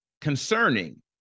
concerning